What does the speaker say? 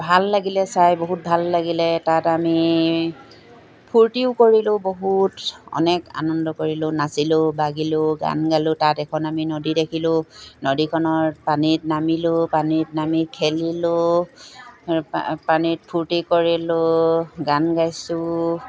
ভাল লাগিলে চাই বহুত ভাল লাগিলে তাত আমি ফূৰ্তিও কৰিলোঁ বহুত অনেক আনন্দ কৰিলোঁ নাচিলোঁ বাগিলোঁ গান গালোঁ তাত এখন আমি নদী দেখিলোঁ নদীখনৰ পানীত নামিলোঁ পানীত নামি খেলিলোঁ পানীত ফূৰ্তি কৰিলোঁ গান গাইছোঁ